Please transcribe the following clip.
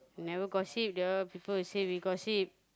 never gossip the people will say we gossip